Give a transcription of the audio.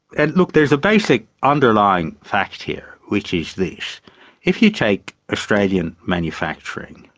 and look, there's a basic underlying fact here which is this if you take australian manufacturing,